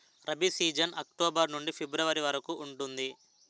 rabi season October నుండి February వరకు ఉంటుంది